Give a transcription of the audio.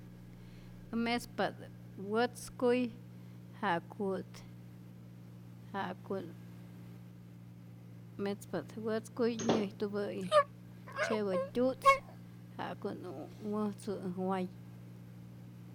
Mespa't wätzkuy ja'ku't ja'ku't, mespa't wätzkuy nyä'ijtupä'i tzye'pä tu'tz ja'ku't wäjtzu äj way.